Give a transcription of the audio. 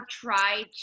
try